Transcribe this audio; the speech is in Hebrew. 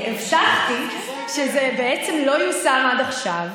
הצגתי שזה בעצם לא יושם עד עכשיו,